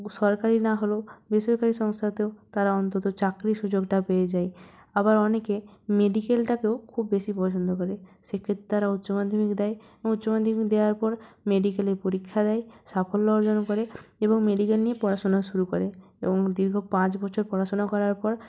সরকারি না হলেও বেসরকারি সংস্থাতেও তারা অন্তত চাকরির সুযোগটা পেয়ে যায় আবার অনেকে মেডিকেলটাকেও খুব বেশি পছন্দ করে সে ক্ষেত্রে তারা উচ্চমাধ্যমিক দেয় এবং উচ্চমাধ্যমিক দেওয়ার পর মেডিকেলের পরীক্ষা দেয় সাফল্য অর্জন করে এবং মেডিকেল নিয়ে পড়াশোনা শুরু করে এবং দীর্ঘ পাঁচ বছর পড়াশোনা করার পর